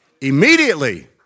Immediately